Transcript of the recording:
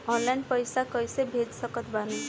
Online पैसा कैसे भेज सकत बानी?